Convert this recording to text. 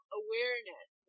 awareness